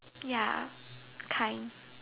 ya kind